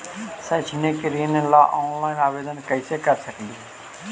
शैक्षिक ऋण ला ऑनलाइन आवेदन कैसे कर सकली हे?